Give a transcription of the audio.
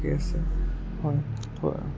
ঠিকেই আছে হয় হয়